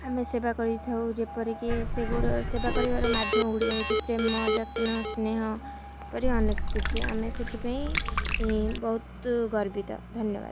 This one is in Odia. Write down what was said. ଆମେ ସେବା କରିଥାଉ ଯେପରିକି ସେବା କରିବାର ମାଧ୍ୟମ ଗୁଡ଼ିକ ହେଉଛି ପ୍ରେମ ଯତ୍ନ ସ୍ନେହ କିପରି ଅନେକ କିଛି ଆମେ ସେଥିପାଇଁ ବହୁତ ଗର୍ବିତ ଧନ୍ୟବାଦ